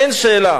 אין שאלה.